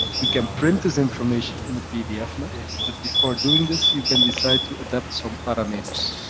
you can print this information and pdf map, but before doing this, you can decide to adapt some parameters.